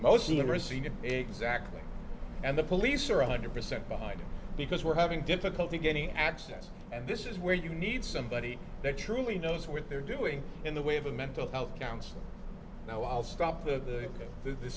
receiving exactly and the police are one hundred percent behind because we're having difficulty getting access and this is where you need somebody that truly knows what they're doing in the way of a mental health counselor now i'll stop the th